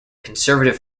conservative